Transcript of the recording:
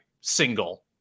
single